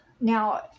Now